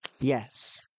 Yes